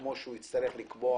כפי שהוא יצטרך לקבוע